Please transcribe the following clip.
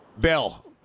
Bill